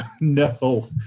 No